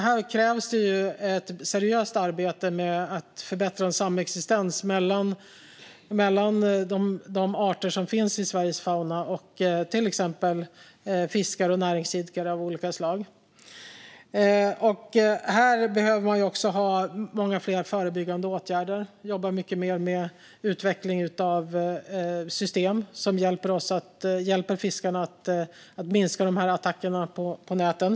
Här krävs ett seriöst arbete med att förbättra en samexistens mellan de arter som finns i Sveriges fauna och till exempel fiskare och näringsidkare av olika slag. Här behöver man också ha många fler förebyggande åtgärder. Det gäller att jobba mycket mer med utveckling av system som hjälper fiskarna att minska attackerna på näten.